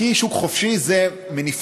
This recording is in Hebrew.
כי שוק חופשי זה מניפסט.